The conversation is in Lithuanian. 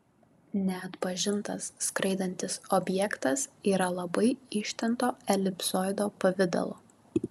neatpažintas skraidantis objektas yra labai ištempto elipsoido pavidalo